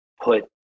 put